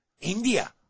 India